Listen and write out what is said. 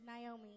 Naomi